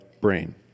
Brain